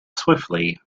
swiftly